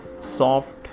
Soft